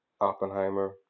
Oppenheimer